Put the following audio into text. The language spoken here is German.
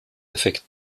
effekt